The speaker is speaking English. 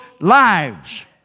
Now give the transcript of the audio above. lives